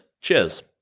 cheers